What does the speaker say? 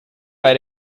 bei